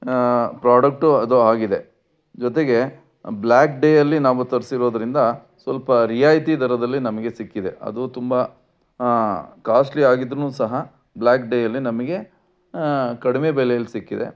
product ಅದು ಆಗಿದೆ ಜೊತೆಗೆ ಬ್ಲಾಕ್ ಡೇ ಅಲ್ಲಿ ನಾವು ತರಿಸಿರೋದ್ರಿಂದ ಸ್ವಲ್ಪ ರಿಯಾಯಿತಿ ದರದಲ್ಲಿ ನಮಗೆ ಸಿಕ್ಕಿದೆ ಅದು ತುಂಬ ಕಾಸ್ಟ್ಲಿ ಆಗಿದ್ರು ಸಹ ಬ್ಲಾಕ್ ಡೇ ಅಲ್ಲಿ ನಮಗೆ ಕಡಿಮೆ ಬೆಲೆಯಲ್ಲಿ ಸಿಕ್ಕಿದೆ